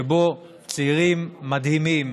שבו צעירים מדהימים